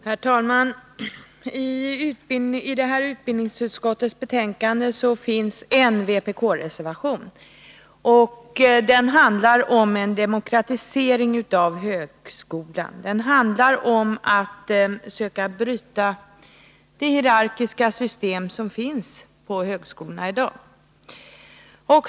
Herr talman! I betänkandet från utbildningsutskottet finns en vpkreservation. Den handlar om demokratisering av högskolan, om att bryta det hierarkiska system som finns på högskolorna i dag.